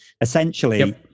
Essentially